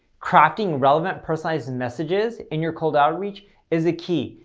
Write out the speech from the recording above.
crafting relevant, personalized and messages in your cold outreach is the key.